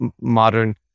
modern